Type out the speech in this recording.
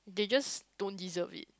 they just don't deserve it